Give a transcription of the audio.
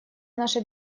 наша